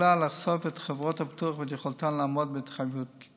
לחשוף את חברות הביטוח ואת יכולתן לעמוד בהתחייבויותיהן.